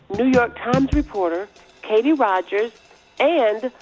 new york times reporter katie rogers and,